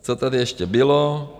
Co tady ještě bylo?